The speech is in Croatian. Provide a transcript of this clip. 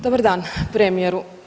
Dobar dan premijeru.